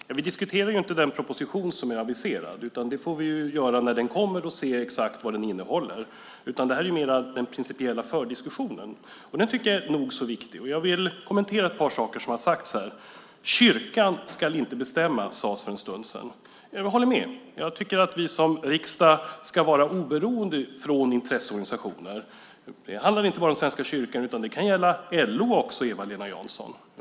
Herr talman! Vi diskuterar ju inte den proposition som är aviserad, utan det får vi göra när den kommer och vi ser exakt vad den innehåller. Det här är mer den principiella fördiskussionen, och den tycker jag är nog så viktig. Jag vill kommentera ett par saker som har sagts här. Kyrkan ska inte bestämma, sades för en stund sedan. Jag håller med. Jag tycker att vi som riksdag ska vara oberoende från intresseorganisationer. Det handlar inte bara om Svenska kyrkan, utan det kan gälla LO också, Eva-Lena Jansson.